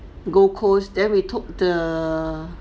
gold coast then we took the